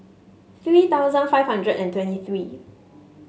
three thousand five hundred and twenty three